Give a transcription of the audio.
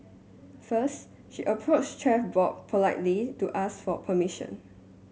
first she approached Chef Bob politely to ask for permission